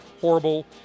horrible